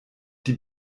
die